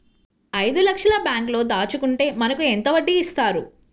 ఐదు లక్షల బ్యాంక్లో దాచుకుంటే మనకు ఎంత వడ్డీ ఇస్తారు?